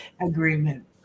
agreement